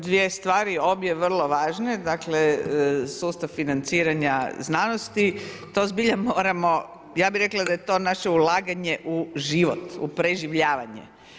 Dvije stvari obje vrlo važne, dakle sustav financiranja znanosti, to zbilja moramo ja bi rekla da je to naše ulaganje u život u preživljavanje.